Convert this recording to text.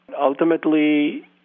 Ultimately